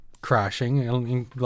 crashing